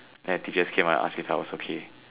then the teachers came out and asked me if I was okay